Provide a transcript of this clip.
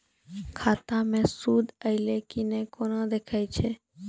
खाता मे सूद एलय की ने कोना देखय छै?